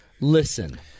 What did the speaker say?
listen